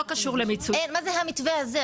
מה זה "המתווה הזה"?